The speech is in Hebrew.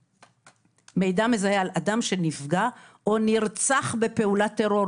מידע מזהה על אדם שנפגע או נרצח בפעולת טרור.